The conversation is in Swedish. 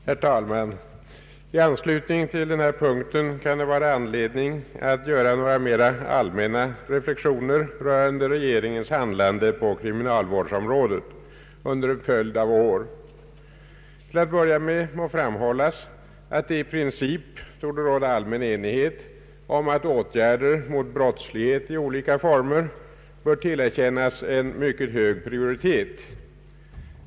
Herr talman! I anslutning till den här punkten kan det vara anledning att göra några mera allmänna reflexioner rörande regeringens handlande på kriminalvårdsområdet under en följd av år. Till att börja med må framhållas att det i princip torde råda allmän enighet om att åtgärder mot brottslighet i olika former bör tillerkännas en mycket hög prioritet.